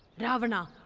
ravana!